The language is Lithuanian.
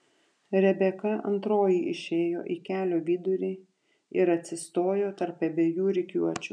rebeka antroji išėjo į kelio vidurį ir atsistojo tarp abiejų rikiuočių